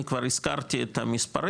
אני כבר הזכרתי את המספרים.